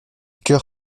cœur